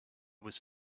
was